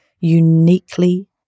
uniquely